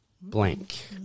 Blank